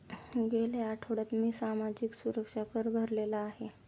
गेल्या आठवड्यात मी सामाजिक सुरक्षा कर भरलेला आहे